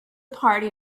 party